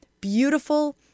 beautiful